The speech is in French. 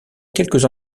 quelques